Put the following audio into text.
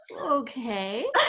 Okay